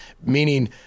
meaning